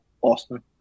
Austin